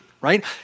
right